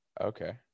Okay